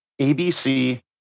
ABC